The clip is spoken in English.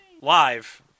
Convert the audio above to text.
Live